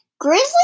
Grizzly